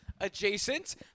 adjacent